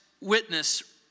Witness